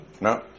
No